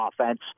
offense